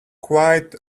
quite